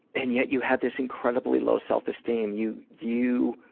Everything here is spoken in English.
and yet you have this incredibly low self-esteem. you you